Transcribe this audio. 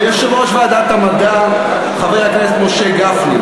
ויושב-ראש ועדת המדע חבר הכנסת משה גפני,